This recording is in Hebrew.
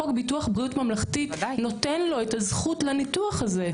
חוק ביטוח בריאות ממלכתי נותן לו את הזכות לניתוח הזה.